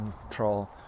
control